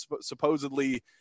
supposedly